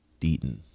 Deaton